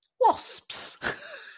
wasps